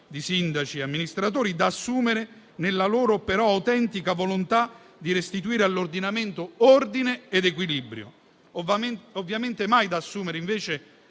di sindaci e amministratori, da assumere però nella loro autentica volontà di restituire all'ordinamento ordine ed equilibrio, ovviamente mai da assumere come